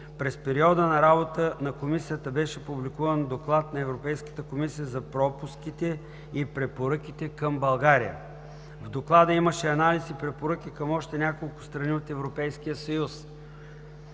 През периода на работата на Комисията беше публикуван Доклад на Европейската комисия за пропуските и препоръки към България. В Доклада имаше анализ и препоръки към още няколко страни от Европейския съюз